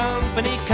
Company